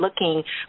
looking